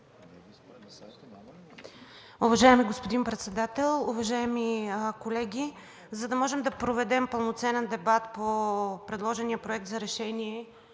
Уважаеми господин Председател, уважаеми колеги! За да можем да проведем пълноценен дебат по предложения проект за решение,